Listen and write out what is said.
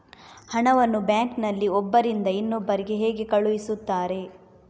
ಹಣವನ್ನು ಬ್ಯಾಂಕ್ ನಲ್ಲಿ ಒಬ್ಬರಿಂದ ಇನ್ನೊಬ್ಬರಿಗೆ ಹೇಗೆ ಕಳುಹಿಸುತ್ತಾರೆ?